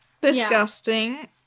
Disgusting